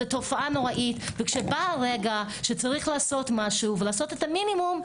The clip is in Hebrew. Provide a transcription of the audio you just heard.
תופעה נוראית וכשבא הרגע שצריך לעשות משהו ולעשות את המינימום,